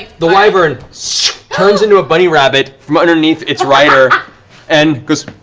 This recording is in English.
the the wyvern turns into a bunny rabbit from underneath its rider and goes